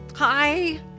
Hi